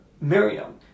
Miriam